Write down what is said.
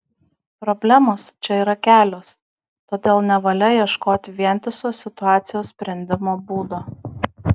problemos čia yra kelios todėl nevalia ieškoti vientiso situacijos sprendimo būdo